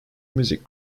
music